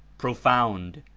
profound,